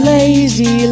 Lazy